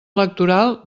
electoral